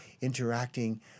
interacting